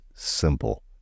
simple